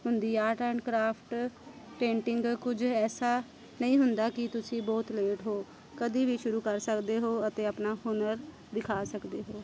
ਹੁੰਦੀ art and craft painting ਕੁਝ ਐਸਾ ਨਹੀਂ ਹੁੰਦਾ ਕਿ ਤੁਸੀਂ ਬਹੁਤ ਲੇਟ ਹੋ ਕਦੇ ਵੀ ਸ਼ੁਰੂ ਕਰ ਸਕਦੇ ਹੋ ਅਤੇ ਆਪਣਾ ਹੁਨਰ ਦਿਖਾ ਸਕਦੇ ਹੋ